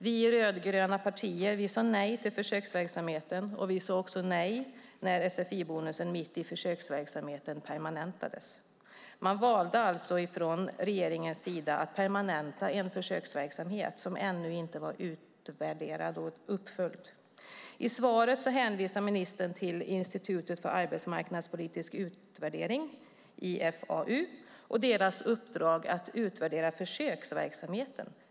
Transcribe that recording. Vi i de rödgröna partierna sade nej till försöksverksamheten. Vi sade också nej när sfi-bonusen mitt i försöksperioden permanentades. Regeringen valde alltså att permanenta en försöksverksamhet som ännu inte var utvärderad och uppföljd. I svaret hänvisar ministern till Institutet för arbetsmarknadspolitisk utvärdering, IFAU, och deras uppdrag att utvärdera försöksverksamheten.